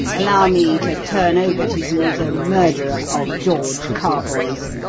allow me to turn over to you the murderer of george carboys!